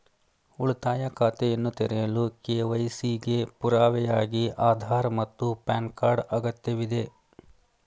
ಉಳಿತಾಯ ಖಾತೆಯನ್ನು ತೆರೆಯಲು ಕೆ.ವೈ.ಸಿ ಗೆ ಪುರಾವೆಯಾಗಿ ಆಧಾರ್ ಮತ್ತು ಪ್ಯಾನ್ ಕಾರ್ಡ್ ಅಗತ್ಯವಿದೆ